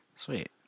Sweet